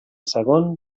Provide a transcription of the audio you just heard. segon